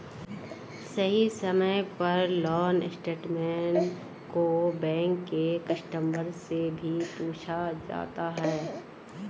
सही समय पर लोन स्टेटमेन्ट को बैंक के कस्टमर से भी पूछा जाता है